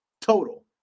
total